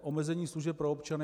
Omezení služeb pro občany.